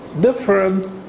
different